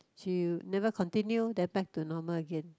she never continue then back to normal again